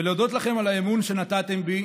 ולהודות לכם על האמון שנתתם בי